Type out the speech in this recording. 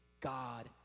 God